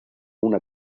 una